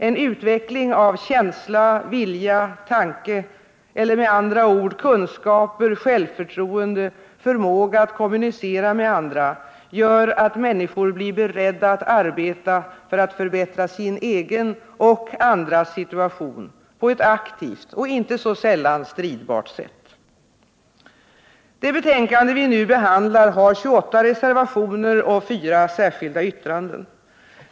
En utveckling av känsla, vilja, tanke — eller med andra ord kunskaper, självförtroende, förmåga att kommunicera med andra — gör att människor blir beredda att arbeta för att förbättra sin egen och andras situation på ett aktivt och inte så sällan stridbart sätt. Det betänkande vi nu behandlar har 28 reservationer och 4 särskilda yttranden.